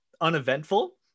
uneventful